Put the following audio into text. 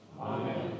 Amen